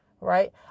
right